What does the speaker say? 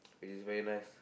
which is very nice